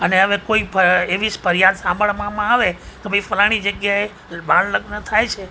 અને હવે કોઈ પણ એવી જ ફરિયાદ સાંભળવામાં આવે કે ભાઈ ફલાણી જગ્યાએ બાળલગ્ન થાય છે